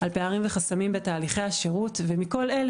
על פערים וחסמים בתהליכי השירות ומכל אלה